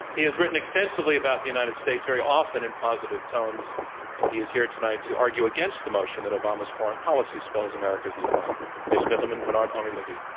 he has written extensively about the united states, very often in positive tones and he is here tonight to argue against the motion that obama's foreign policy spells america's decline. ladies and gentlemen, bernard-henri levy.